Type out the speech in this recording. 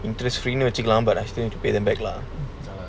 interest free னுவச்சிக்கலாம்:nu vachikkalam but pay them back lah